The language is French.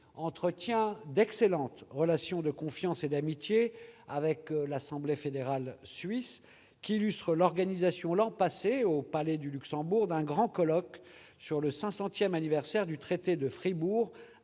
entretient d'excellentes relations de confiance et d'amitié avec l'Assemblée fédérale suisse, qu'illustre l'organisation l'an passé, au Palais du Luxembourg, d'un grand colloque sur le cinq-centième anniversaire du Traité de Fribourg